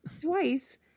Twice